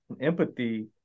empathy